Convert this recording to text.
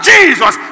Jesus